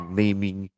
naming